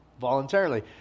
voluntarily